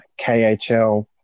KHL